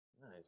Nice